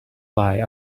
fly